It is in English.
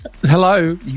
hello